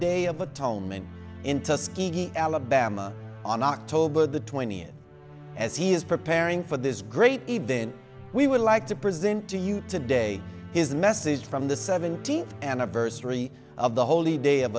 day of atonement into alabama on october the twentieth as he is preparing for this great event we would like to present to you today is the message from the seventeenth anniversary of the holy day of